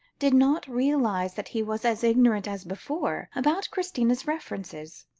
did not realise that he was as ignorant as before, about christina's references.